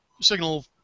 signal